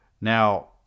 Now